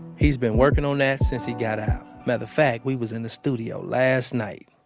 he's been working on that since he got out. matter of fact, we was in the studio last night,